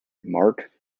mark